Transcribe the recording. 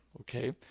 Okay